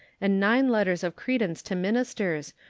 and nine letters of credence to ministers,